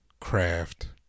craft